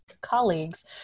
Colleagues